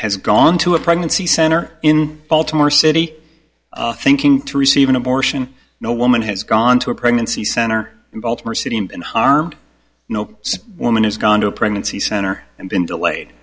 has gone to a pregnancy center in baltimore city thinking to receive an abortion no woman has gone to a pregnancy center in baltimore city and harmed no woman has gone to a pregnancy center and been delayed